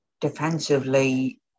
defensively